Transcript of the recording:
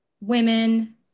women